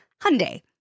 Hyundai